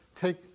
take